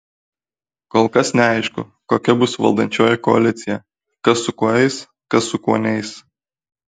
kol kas neaišku kokia bus valdančioji koalicija kas su kuo eis kas su kuo neis